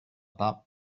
pas